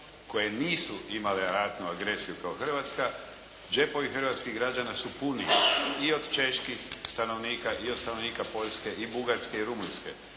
koje nisu imale ratnu agresiju kao Hrvatska đepovi hrvatskih građana su puni i od čeških stanovnika i od stanovnika Poljske, Bugarske i Rumunjske.